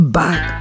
back